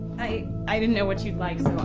i, i didn't know what you liked